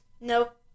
Nope